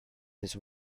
his